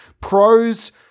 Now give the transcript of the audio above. Pros